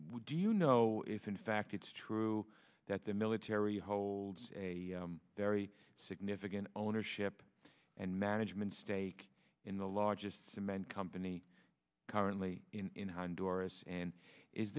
would do you know if in fact it's true that the military holds a very significant ownership and management stake in the largest cement company currently in honduras and is